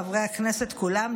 חברי הכנסת כולם,